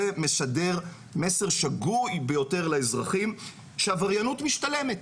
זה משדר מסר שגוי ביותר לאזרחים שעבריינות משתלמת.